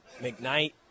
McKnight